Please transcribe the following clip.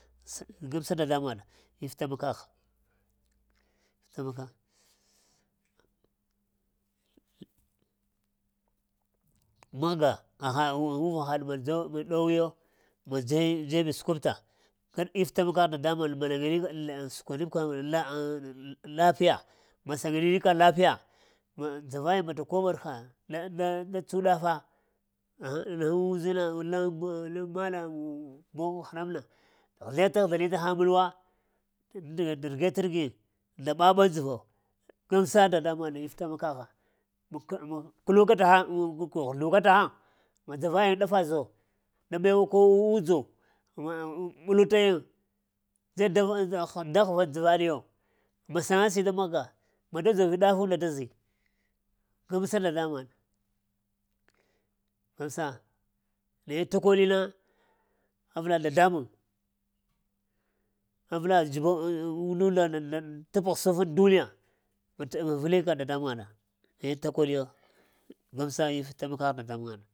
Gamsa dadambuwaɗ iftaimakagh, taimaka məhga uvahaɗ ɗowyo dzee-dzebi səkwpəta hiɗ iftamakəgh dadambaŋ səkwaribka lafiya ma səŋanika lafiya ma dzavayin bata koɓar ha da tsu ɗafa ghzleta ghzlanita haŋ mulwa rəge ta rəgyiŋ nda ɓaɓa ay dzəvo gamsa dadambuwaɗ if tamakagha ma-ma-m-ma kduka təhaŋ ma ghzluka təhəŋ ma dzavayin ɗafa zoo ko iyu ma-m-ɓulatayiŋ dzed dzəavaɗiyo ma səŋasi da məhga ma da dzovi ɗafunda da zii, gamsa dadambyŋwaɗ, ansa naye takoɗina avla dadambuŋ avla dzeba tə pəgh səŋfaŋ duniya vita-vilika dadambuŋwaɗ, eh takoɗiyo gamsa iftamakagh dadambuŋwaɗ.